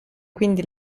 quindi